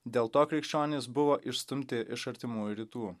dėl to krikščionys buvo išstumti iš artimųjų rytų